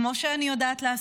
כמו שאני יודעת לעשות,